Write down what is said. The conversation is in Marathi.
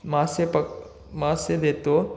मासे पक मासे देतो